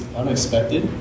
unexpected